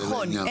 נכון.